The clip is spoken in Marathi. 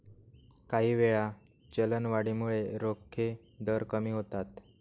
काहीवेळा, चलनवाढीमुळे रोखे दर कमी होतात